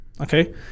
Okay